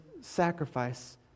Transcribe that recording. sacrifice